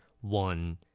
one